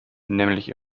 nämlich